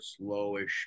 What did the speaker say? slowish